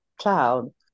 child